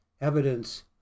evidence